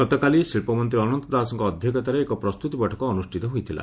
ଗତକାଲି ଶିକ୍ରମନ୍ତୀ ଅନନ୍ତ ଦାସଙ୍କ ଅଧ୍ଧକ୍ଷତାରେ ଏକ ପ୍ରସ୍ତୁତି ବୈଠକ ଅନୁଷିତ ହୋଇଥିଲା